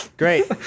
Great